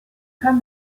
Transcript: kann